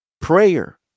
prayer